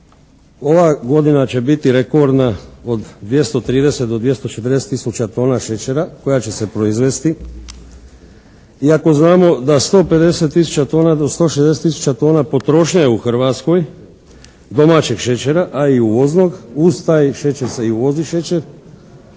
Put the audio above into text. ova godina će biti rekordna od 230 do 240 tisuća tona šećera koja će se proizvesti i ako znamo da 150 tisuća tona do 160 tisuća tona potrošnje je u Hrvatskoj domaćeg šećera a i uvoznog. Uz taj šećer se i uvozi šećer.